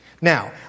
Now